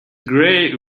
grey